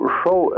show